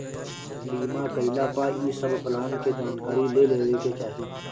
बीमा कईला पअ इ सब प्लान के जानकारी ले लेवे के चाही